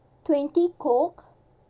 twenty coke